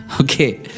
Okay